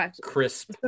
crisp